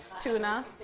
tuna